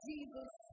Jesus